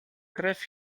krew